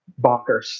bonkers